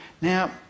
now